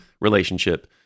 relationship